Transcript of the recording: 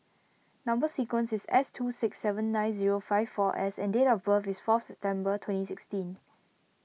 Number Sequence is S two six seven nine zero five four S and date of birth is fourth September twenty sixteen